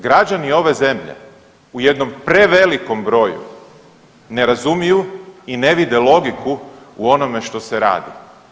Građani ove zemlje u jednom prevelikom broju ne razumiju i ne vide logiku u onome što se radi.